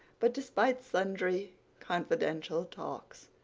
but, despite sundry confidential talks,